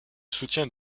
soutien